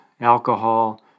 alcohol